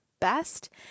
best